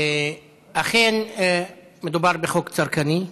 אכן, מדובר בחוק צרכני.